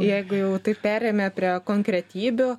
jeigu jau taip perėjome prie konkretybių